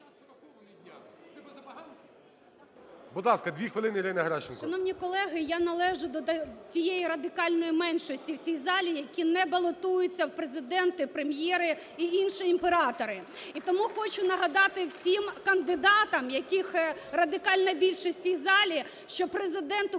Будь ласка, 2 хвилини Ірина Геращенко. 11:11:00 ГЕРАЩЕНКО І.В. Шановні колеги, я належу до тієї радикальної меншості в цій залі, які не балотуються в президенти, в прем'єри і інші імператори. І тому хочу нагадати всім кандидатам, яких радикальна більшість в цій залі, що Президент